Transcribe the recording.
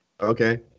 Okay